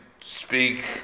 speak